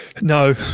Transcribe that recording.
No